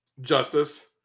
justice